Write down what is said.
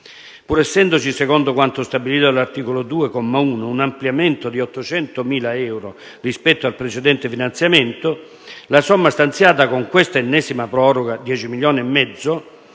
Pur essendoci, secondo quanto stabilito nell'articolo 2, comma 1, un ampliamento di 800.000 euro rispetto al precedente finanziamento, la somma stanziata con questa ennesima proroga, 10.500.000 euro,